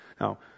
Now